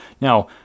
Now